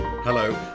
Hello